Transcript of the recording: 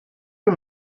bir